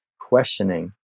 questioning